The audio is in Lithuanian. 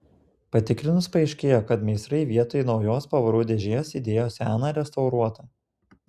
patikrinus paaiškėjo kad meistrai vietoj naujos pavarų dėžės įdėjo seną restauruotą